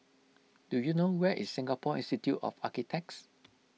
do you know where is Singapore Institute of Architects